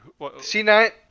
C9